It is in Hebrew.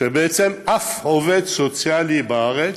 שבעצם אף עובד סוציאלי בארץ,